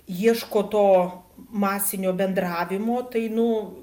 ieško to masinio bendravimo tai nu